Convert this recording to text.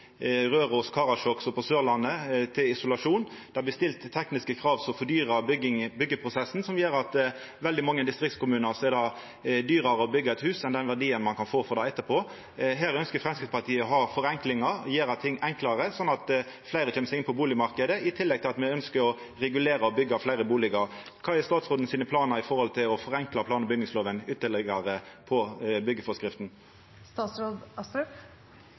på Sørlandet som på Røros og i Karasjok. Det blir stilt tekniske krav som fordyrar byggjeprosessen og gjer at i veldig mange distriktskommunar er det dyrare å byggja eit hus enn det ein kan få for det etterpå. Her ønskjer Framstegspartiet forenklingar – gjera ting enklare, sånn at fleire kjem seg inn på bustadmarknaden – i tillegg til at me ønskjer å regulera og byggja fleire bustader. Kva er planane til statsråden når det gjeld å forenkla plan- og bygningslova ytterlegare